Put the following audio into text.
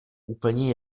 úplně